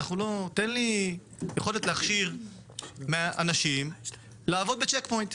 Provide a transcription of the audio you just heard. תן לי יכולת להכשיר אנשים לעבוד בצ'ק פוינט,